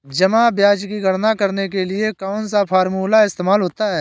जमा ब्याज की गणना करने के लिए कौनसा फॉर्मूला इस्तेमाल होता है?